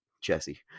Jesse